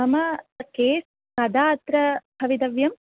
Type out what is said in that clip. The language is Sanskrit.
मम केस् कदा अत्र भवितव्यम्